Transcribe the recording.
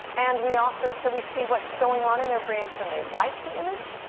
and we also, so we see what's going on in their brains when they like the image,